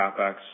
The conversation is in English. CapEx